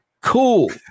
cool